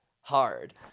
Hard